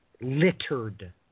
littered